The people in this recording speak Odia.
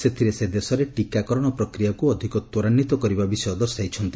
ସେଥିରେ ସେ ଦେଶରେ ଟିକାକରଣ ପ୍ରକ୍ରିୟାକୁ ଅଧିକ ତ୍ୱରାନ୍ୱିତ କରିବା ବିଷୟ ଦର୍ଶାଇଛନ୍ତି